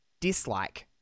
dislike